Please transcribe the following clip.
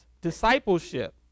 discipleship